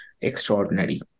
extraordinary